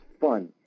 fun